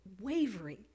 wavering